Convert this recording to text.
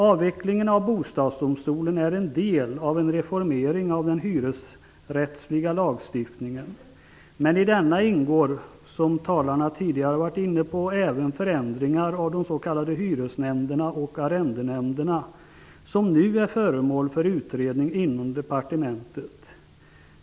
Avvecklingen av Bostadsdomstolen är en del av en reformering av den hyresrättsliga lagstiftningen. Men i denna ingår även, som tidigare talare har varit inne på, förändringar av de s.k. hyresnämnderna och arrendenämnderna som nu är föremål för utredning inom departementet.